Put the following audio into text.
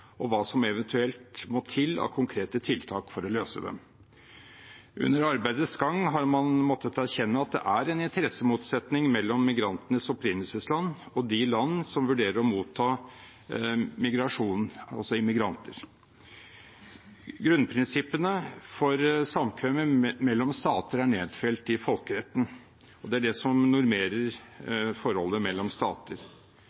og hva som eventuelt må til av konkrete tiltak for å løse dem. Under arbeidets gang har man måttet erkjenne at det er en interessemotsetning mellom migrantenes opprinnelsesland og de land som vurderer å motta migrasjonen, altså immigrantene. Grunnprinsippene for samkvemmet mellom stater er nedfelt i folkeretten, og det er det som normerer